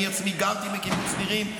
אני עצמי גרתי בקיבוץ נירים.